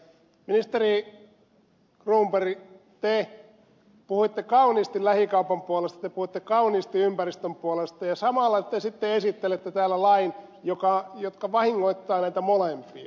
ministeri cronberg te puhuitte kauniisti lähikaupan puolesta te puhuitte kauniisti ympäristön puolesta ja samalla te sitten esittelette täällä lain joka vahingoittaa näitä molempia